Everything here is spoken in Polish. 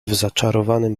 zaczarowanym